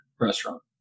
restaurant